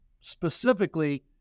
Specifically